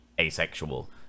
asexual